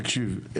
תקשיב,